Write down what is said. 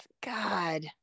God